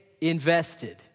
invested